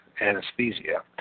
anesthesia